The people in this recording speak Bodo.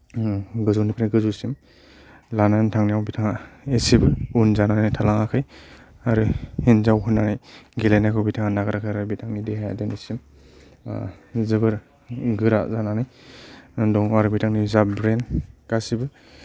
गोजौनिफ्राय गोजौसिम लानानै थांनायाव बिथांआ एसेबो उन जानानै थालाङाखै आरो हिनजाव होन्नानै गेलेनायखौ बिथांआ नागारागारा बिथांनि देहाया दिनैसिम जोबोर गोरा जानानै दं आरो बिथांनि जा ब्रेन गासैबो